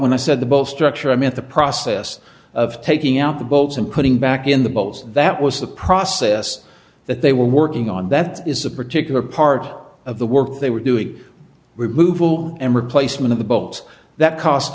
when i said the boat structure i meant the process of taking out the boats and putting back in the boat that was the process that they were working on that is a particular part of the work they were doing remove all and replacement of the boats that cost